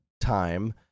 time